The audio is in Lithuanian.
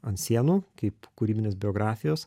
ant sienų kaip kūrybinės biografijos